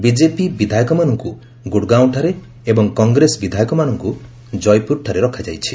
BJP ବିଧାୟକମାନଙ୍କୁ ଗୁଡ଼ଗାଓଁ ଠାରେ ଏବଂ କଂଗ୍ରେସ ବିଧାୟକମାନଙ୍କୁ ଜୟପୁରଠାରେ ରଖାଯାଇଛି